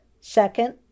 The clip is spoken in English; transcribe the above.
second